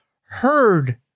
heard